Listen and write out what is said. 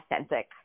authentic